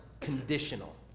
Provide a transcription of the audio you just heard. conditional